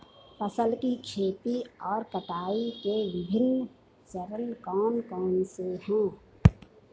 फसल की खेती और कटाई के विभिन्न चरण कौन कौनसे हैं?